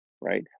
Right